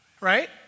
right